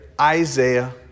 Isaiah